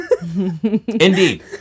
Indeed